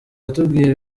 yatubwiye